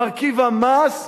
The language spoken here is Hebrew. מרכיב המס,